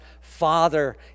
father